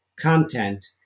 content